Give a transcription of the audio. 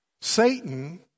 Satan